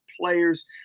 players